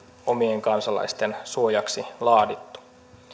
omien kansalaisten suojaksi laadittu